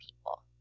people